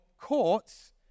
courts